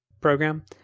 program